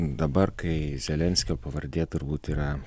dabar kai zelenskio pavardė turbūt yra